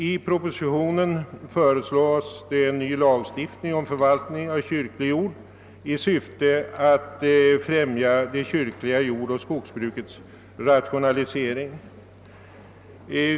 I propositionen föreslås en ny lagstiftning om förvaltning av kyrklig jord i syfte att främja det kyrkliga jordoch skogsbrukets rationalisering.